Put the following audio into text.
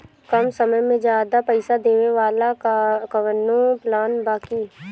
कम समय में ज्यादा पइसा देवे वाला कवनो प्लान बा की?